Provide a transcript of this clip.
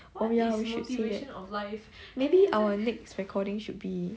oh ya we should say that maybe our next recording should be